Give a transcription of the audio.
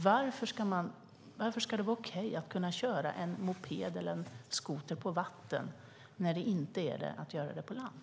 Varför ska det vara okej att köra en moped eller en skoter på vatten när det inte är det att göra det på land?